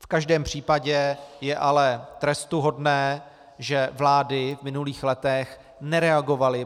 V každém případě je ale trestuhodné, že vlády v minulých letech nereagovaly.